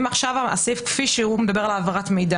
הסעיף כפי שהוא מדבר על העברת מידע.